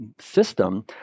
system